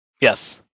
Yes